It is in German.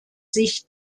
sich